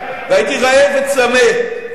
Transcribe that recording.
והייתי רעב וצמא,